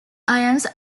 ions